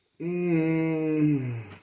Mmm